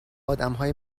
آدمهای